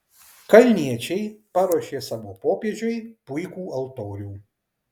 kalniečiai paruošė savo popiežiui puikų altorių